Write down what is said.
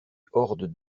hordes